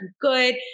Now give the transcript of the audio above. good